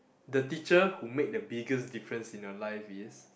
the teacher who made the biggest difference in your life is